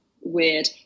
weird